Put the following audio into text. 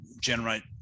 generate